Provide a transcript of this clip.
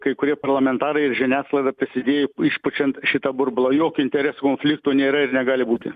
kai kurie parlamentarai ir žiniasklaida prisidėjo išpučiant šitą burbulą jokio interesų konflikto nėra ir negali būti